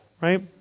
Right